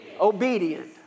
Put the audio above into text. obedient